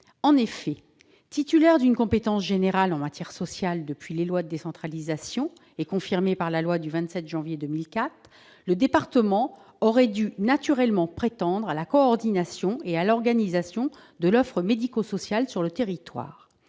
En effet, détenteur d'une compétence générale en matière sociale depuis les lois de décentralisation, compétence qui a été confirmée par la loi du 27 janvier 2014, le département aurait dû naturellement prétendre à la coordination et à l'organisation de l'offre médico-sociale sur son territoire.